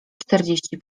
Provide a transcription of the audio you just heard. czterdzieści